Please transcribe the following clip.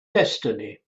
destiny